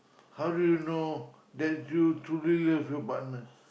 how do you know that you truly love your partner